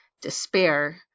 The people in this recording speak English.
despair